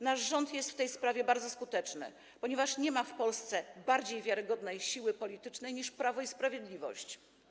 Nasz rząd jest w tej sprawie bardzo skuteczny, ponieważ nie ma w Polsce bardziej wiarygodnej siły politycznej niż Prawo i Sprawiedliwość.